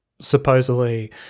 supposedly